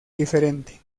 diferente